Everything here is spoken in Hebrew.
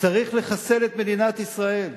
צריך לחסל את מדינת ישראל,